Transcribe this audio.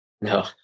No